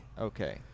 okay